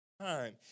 time